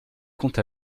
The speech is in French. compte